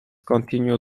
continue